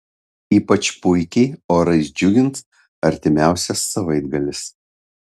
ypač puikiai orais džiugins artimiausias savaitgalis